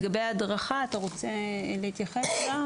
לגבי ההדרכה, אתה רוצה גם להתייחס?